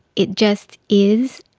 it just is,